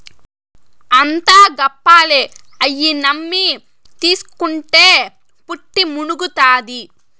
అంతా గప్పాలే, అయ్యి నమ్మి తీస్కుంటే పుట్టి మునుగుతాది